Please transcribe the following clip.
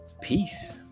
Peace